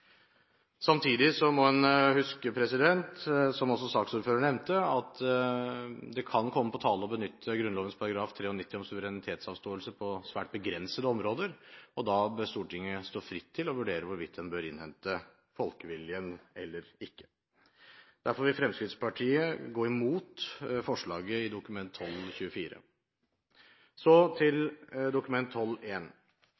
som også saksordføreren nevnte, huske at det kan komme på tale å benytte Grunnloven § 93 om suverenitetsavståelse på svært begrensede områder, og da bør Stortinget stå fritt til å vurdere hvorvidt en bør innhente folkeviljen eller ikke. Derfor vil Fremskrittspartiet gå imot forslaget i Dokument nr. 12:24. Så til